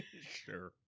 Sure